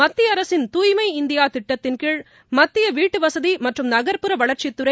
மத்திய அரசின் தூய்மை இந்தியா திட்டத்தின் கீழ் மத்திய வீட்டு வசதி மற்றும் நகர்ப்புற வளர்ச்சித்துறை